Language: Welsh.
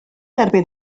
erbyn